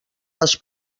les